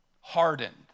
hardened